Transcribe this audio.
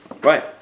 right